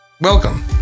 Welcome